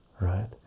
right